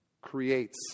creates